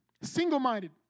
single-minded